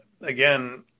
again